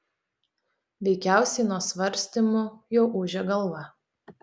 veikiausiai nuo svarstymų jau ūžia galva